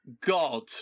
God